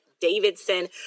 Davidson